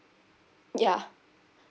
ya